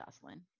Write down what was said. Jocelyn